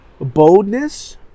boldness